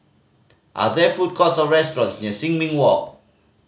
are there food courts or restaurants near Sin Ming Walk